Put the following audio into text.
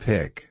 Pick